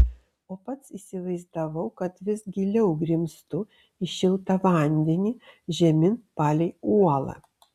o pats įsivaizdavau kad vis giliau grimztu į šiltą vandenį žemyn palei uolą